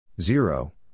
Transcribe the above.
zero